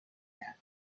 کرد